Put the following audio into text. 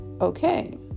okay